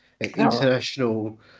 international